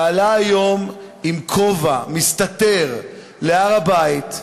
שעלה היום עם כובע, מסתתר, להר-הבית,